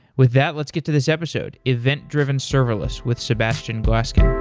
with that, let's get to this episode event driven serverless with sebastian goasguen.